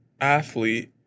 athlete